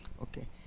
Okay